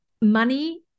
Money